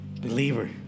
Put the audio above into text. believer